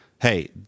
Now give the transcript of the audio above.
hey